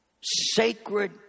sacred